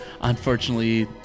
unfortunately